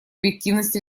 объективность